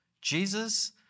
Jesus